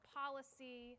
policy